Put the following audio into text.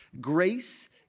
grace